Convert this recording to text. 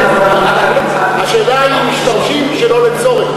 כן, אבל, השאלה היא אם משתמשים שלא לצורך.